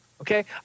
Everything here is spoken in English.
Okay